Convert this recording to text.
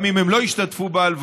גם אם הם לא ישתתפו בהלוויה,